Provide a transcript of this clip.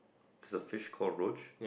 there's a fish called Roach